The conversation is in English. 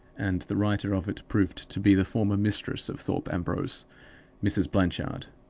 and the writer of it proved to be the former mistress of thorpe ambrose mrs. blanchard.